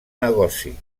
negoci